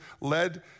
led